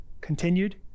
continued